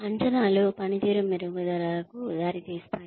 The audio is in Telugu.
అంచనాలు పనితీరు మెరుగుదలకు దారితీస్తాయి